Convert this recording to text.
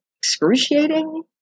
excruciating